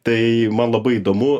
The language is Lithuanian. tai man labai įdomu